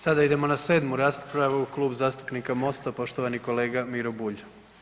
Sada idemo na 7. raspravu, Kluba zastupnika Mosta, poštovani kolega Miro Bulj.